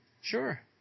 Sure